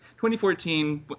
2014